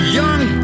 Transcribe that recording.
young